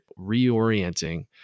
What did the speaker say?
reorienting